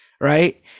right